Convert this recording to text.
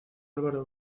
álvaro